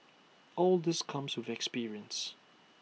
all this comes with experience